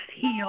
Heal